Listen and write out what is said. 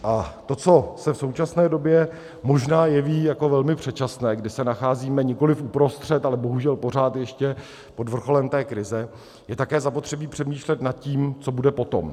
A to, co se v současné době možná jeví jako velmi předčasné, kdy se nacházíme nikoliv uprostřed, ale bohužel pořád ještě pod vrcholem té krize, je také zapotřebí přemýšlet nad tím, co bude potom.